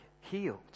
healed